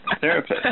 therapist